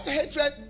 hatred